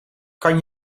kan